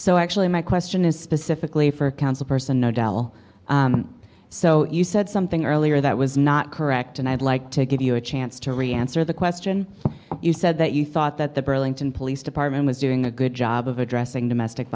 so actually my question is specifically for a council person nadal so you said something earlier that was not correct and i'd like to give you a chance to re answer the question you said that you thought that the burlington police department was doing a good job of addressing domestic